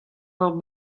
war